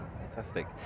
Fantastic